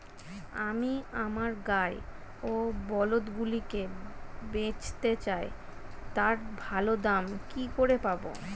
আমি আমার গাই ও বলদগুলিকে বেঁচতে চাই, তার ভালো দাম কি করে পাবো?